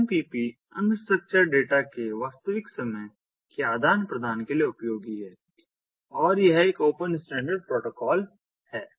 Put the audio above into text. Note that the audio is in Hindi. XMPP अनस्ट्रक्चर्ड डेटा के वास्तविक समय के आदान प्रदान के लिए उपयोगी है और यह एक ओपन स्टैंडर्ड प्रोटोकॉल है